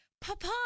Papa